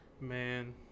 man